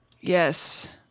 Yes